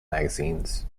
magazines